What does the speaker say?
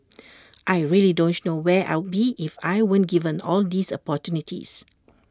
I really don't know where I'd be if I weren't given all these opportunities